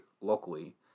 locally